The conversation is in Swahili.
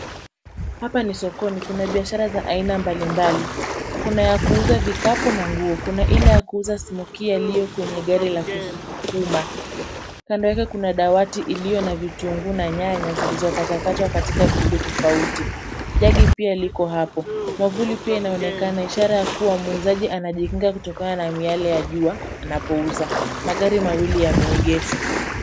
Hapa ni sokoni. Kuna biashara za aina mbalimbali. Kuna ya kuuza vikapu na nguo. Kuna ile ya kuuza smokie yaliyo kwenye gari la kusukuma. Kando yake kuna dawati iliyo na vitunguu na nyanya zilizokatakatwa katika vitu tofauti. Jagi pia liko hapo. Mwavuli pia inaonekana ishara ya kuwa muuzaji anajikinga kutokana na miale ya jua anapouza. Magari mawili yameegeshwa.